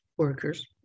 workers